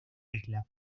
isla